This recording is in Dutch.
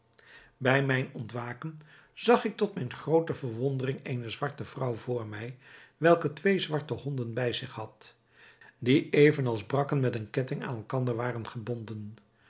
bij mijn ontwaken zag ik tot mijne groote verwondering eene zwarte vrouw voor mij welke twee zwarte honden bij zich had die even als brakken met een ketting aan elkander waren gebonden